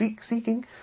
seeking